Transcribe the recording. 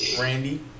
Randy